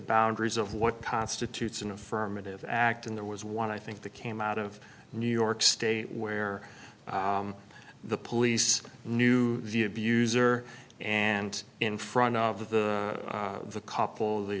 boundaries of what constitutes an affirmative act and there was one i think that came out of new york state where the police knew the abuser and in front of the the